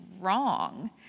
wrong